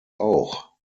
auch